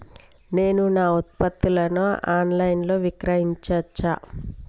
నేను నా ఉత్పత్తులను ఆన్ లైన్ లో విక్రయించచ్చా?